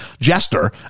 jester